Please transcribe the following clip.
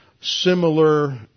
similar